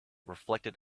reflected